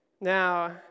Now